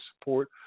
support